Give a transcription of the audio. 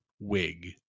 wig